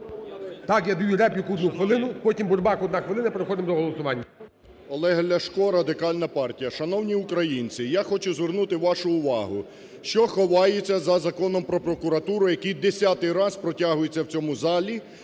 Так, я даю репліку, 1 хвилину, потім Бурбак, 1 хвилина, переходимо до голосування. 10:51:52 ЛЯШКО О.В. Олег Ляшко, Радикальна партія. Шановні українці, я хочу звернути вашу увагу, що ховається за Законом про прокуратуру, який десятий раз протягується у цьому залі.